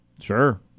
Sure